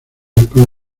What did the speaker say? españa